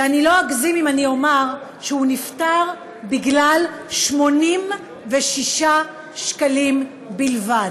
ואני לא אגזים אם אני אומר שהוא נפטר בגלל 86 שקלים בלבד.